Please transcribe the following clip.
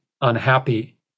unhappy